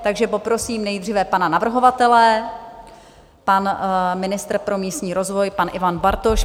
Takže poprosím nejdříve pana navrhovatele pan ministr pro místní rozvoj, pan Ivan Bartoš.